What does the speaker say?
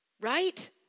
Right